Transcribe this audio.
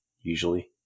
usually